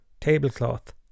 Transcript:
tablecloth